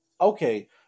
Okay